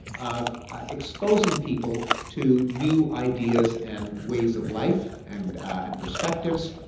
of exposing people to new ideas and ways of life and and perspectives.